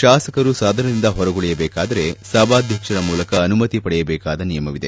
ತಾಸಕರು ಸದನದಿಂದ ಹೊರಗುಳಿಯಬೇಕಾದರೆ ಸಭಾಧ್ಯಕ್ಷರ ಮೂಲಕ ಅನುಮತಿ ಪಡೆಯಬೇಕಾದ ನಿಯಮವಿದೆ